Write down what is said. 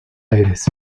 aires